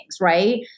right